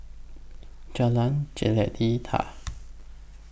Jalan Jelita